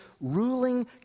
ruling